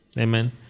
Amen